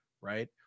Right